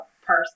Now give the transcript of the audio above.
person